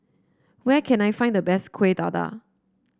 where can I find the best Kueh Dadar